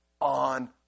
on